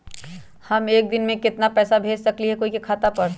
हम एक दिन में केतना पैसा भेज सकली ह कोई के खाता पर?